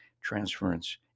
Transference